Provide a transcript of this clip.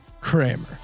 Kramer